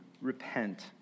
repent